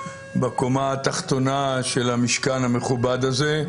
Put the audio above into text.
בקומה התחתונה של המשכן המכובד הזה,